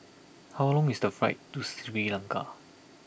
how long is the flight to Sri Lanka